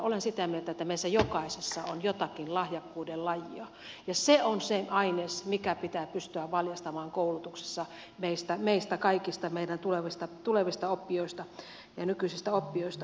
olen sitä mieltä että meissä jokaisessa on jotakin lahjakkuuden lajia ja se on se aines mikä pitää koulutuksessa saada meistä kaikista meidän tulevista oppijoista ja nykyisistä oppijoista käyttöön